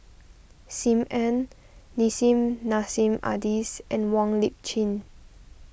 Sim Ann Nissim Nassim Adis and Wong Lip Chin